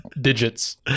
digits